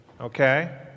okay